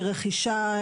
רכישה,